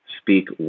speak